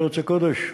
בארץ הקודש,